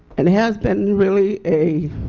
and it has been really a